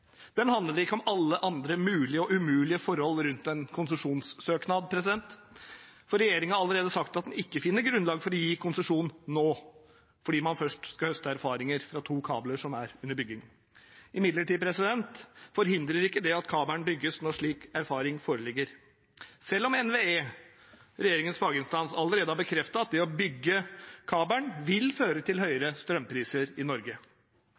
Den handler ikke om alle andre mulige og umulige forhold rundt en konsesjonssøknad. Regjeringen har allerede sagt at den ikke finner grunnlag for å gi konsesjon nå, fordi man først skal høste erfaringer fra to kabler som er under bygging. Imidlertid forhindrer ikke det at kabelen bygges når slik erfaring foreligger, selv om NVE, regjeringens faginstans, allerede har bekreftet at det å bygge kabelen vil føre til høyere strømpriser i Norge.